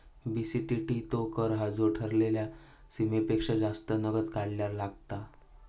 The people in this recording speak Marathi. बी.सी.टी.टी तो कर हा जो ठरलेल्या सीमेपेक्षा जास्त नगद काढल्यार लागता